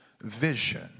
vision